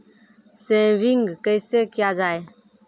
Saving कैसै किया जाय?